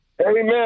Amen